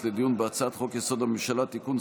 לדיון בהצעת חוק-יסוד: הממשלה (תיקון,